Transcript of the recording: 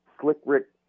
slick-rick